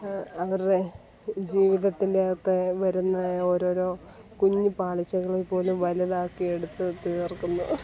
അവരുടെ ജീവിതത്തിൻ്റെ അകത്ത് വരുന്ന ഓരോരോ കുഞ്ഞ് പാളിച്ചകളിൽ പോലും വലുതാക്കിയെടുത്ത് തീർക്കുന്നു